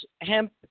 hemp